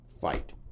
fight